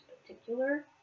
particular